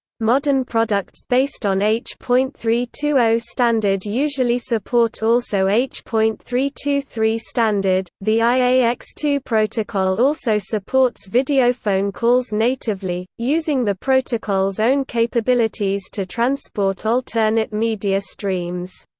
modern products based on h point three two zero standard usually support also h point three two three standard the i a x two protocol also supports videophone calls natively, using the protocol's own capabilities to transport alternate media streams.